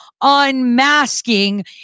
Unmasking